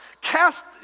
Cast